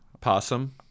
Possum